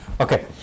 okay